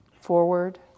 forward